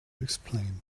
explain